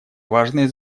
важное